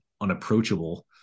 unapproachable